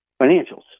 financials